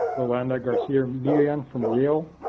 rolando garcia milian from yale,